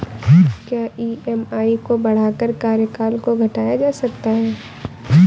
क्या ई.एम.आई को बढ़ाकर कार्यकाल को घटाया जा सकता है?